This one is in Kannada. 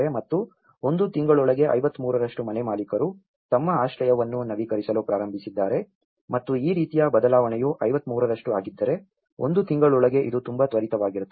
ಮತ್ತು ಒಂದು ತಿಂಗಳೊಳಗೆ 53 ಮನೆ ಮಾಲೀಕರು ತಮ್ಮ ಆಶ್ರಯವನ್ನು ನವೀಕರಿಸಲು ಪ್ರಾರಂಭಿಸಿದ್ದಾರೆ ಮತ್ತು ಈ ರೀತಿಯ ಬದಲಾವಣೆಯು 53 ಆಗಿದ್ದರೆ ಒಂದು ತಿಂಗಳೊಳಗೆ ಇದು ತುಂಬಾ ತ್ವರಿತವಾಗಿರುತ್ತದೆ